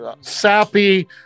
sappy